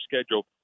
schedule